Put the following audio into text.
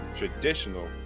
traditional